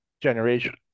generation